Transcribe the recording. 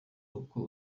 uko